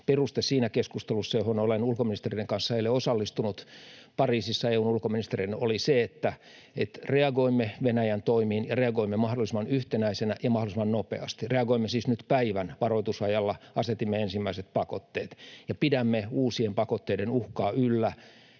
Peruste siinä keskustelussa, johon olen EU:n ulkoministereiden kanssa eilen osallistunut Pariisissa, oli se, että reagoimme Venäjän toimiin ja reagoimme mahdollisimman yhtenäisenä ja mahdollisimman nopeasti. Reagoimme siis nyt päivän varoitusajalla, kun asetimme ensimmäiset pakotteet. Pidämme uusien pakotteiden uhkaa yllä,